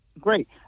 Great